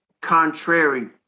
contrary